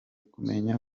kumenya